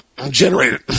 generated